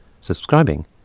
Subscribing